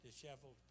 disheveled